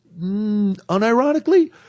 unironically